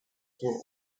tour